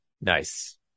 nice